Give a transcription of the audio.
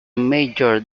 major